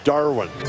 Darwin